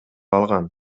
алган